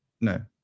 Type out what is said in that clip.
No